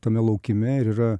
tame laukime ir yra